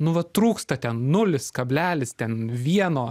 nu vat trūksta ten nulis kablelis ten vieno